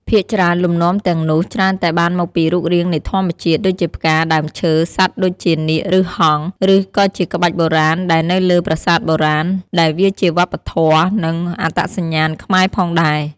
ភាគច្រើនលំនាំទាំងនោះច្រើនតែបានមកពីរូបរាងនៃធម្មជាតិ ដូចជាផ្កា ដើមឈើ សត្វដូចជា នាគ ឬ ហង្ស ឬក៏ជាក្បាច់បុរាណដែលនៅលើប្រាសាទបុរាណ ដែលវាជាវប្បធម៌ និងអត្តសញ្ញាណខ្មែរផងដែរ។